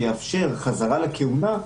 שיאפשר חזרה לכהונה,